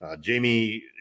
Jamie